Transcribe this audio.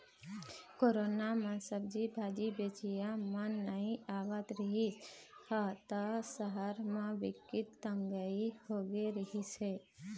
corona म सब्जी भाजी बेचइया मन नइ आवत रिहिस ह त सहर म बिकट तंगई होगे रिहिस हे